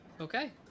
Okay